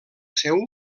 seu